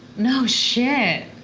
no shit?